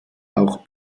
auch